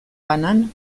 banan